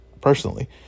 personally